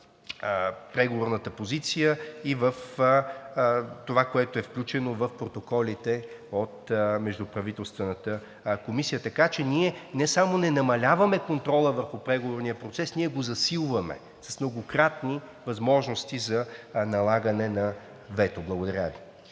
преговорната позиция и в това, което е включено в протоколите от Междуправителствената комисия. Така че ние не само не намаляваме контрола върху преговорния процес, ние го засилваме с многократни възможности за налагане на вето. Благодаря Ви.